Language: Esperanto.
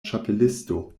ĉapelisto